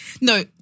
No